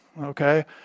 okay